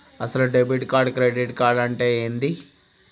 అసలు debit card credit card అంటే ఏంది?